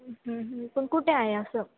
पण कुठे आहे असं